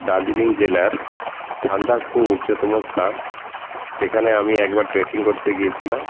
দার্জিলিং জেলার সান্দাকফু উচ্চতম স্থান সেখানে আমি একবার ট্রেকিং করতে গিয়েছিলাম